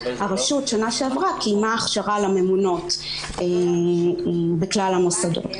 הרשות קיימה הכשרה לממונות בכלל המוסדות בשנה שעברה.